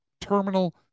terminal